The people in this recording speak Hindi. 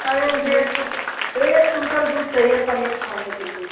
अरे मुझे यह कुं एक क्विंटल दूध चाहिए पनीर फाड़ने के लिए